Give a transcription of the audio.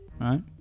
right